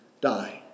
die